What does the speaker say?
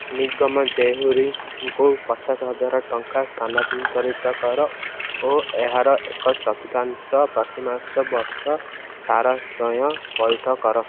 ନିଗମ ଦେହୁରୀଙ୍କୁ ପଚାଶ ହଜାର ଟଙ୍କା ସ୍ଥାନାନ୍ତରିତ କର ଓ ଏହାର ଏକ ଚତୁର୍ଥାଂଶ ପ୍ରତିମାସ ବର୍ଷ ସାରା ସ୍ଵୟଂ ପଇଠ କର